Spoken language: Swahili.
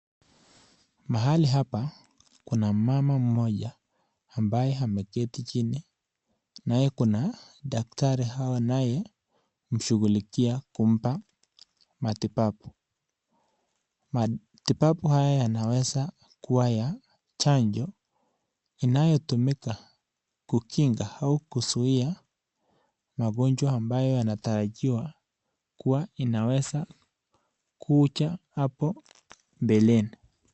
Mahali hapa kuna mama mmoja ambaye ameketi chini naye kuna daktari anayemshughulikia kumpa matibabu. Matibabu haya inaweza kua chanjo inayotumika kukinga au kuzuia magonjwa ambayo yanatarajiwa kuwa inaweza kuja hapo mbeleni.